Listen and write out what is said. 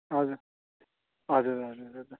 हजुर हजुर हजुर हजुर